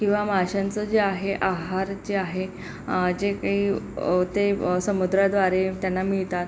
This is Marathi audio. किंवा माशांचं जे आहे आहार जे आहे जे काही ते समुद्राद्वारे त्यांना मिळतात